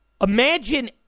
imagine